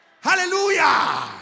Hallelujah